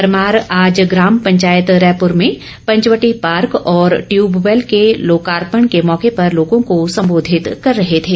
परमार आज ग्राम पंचायत रैपुर में पंचवटी पार्क और ट्यूबवेल के लोकार्पण के मौके पर लोगों को संबोधित कर रहे थे